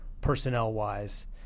personnel-wise